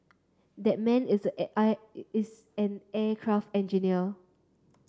that man is is an aircraft engineer